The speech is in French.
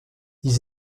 ils